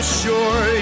sure